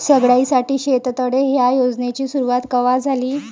सगळ्याइसाठी शेततळे ह्या योजनेची सुरुवात कवा झाली?